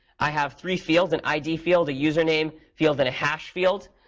i have three fields, an id field, a username field, and a hash field.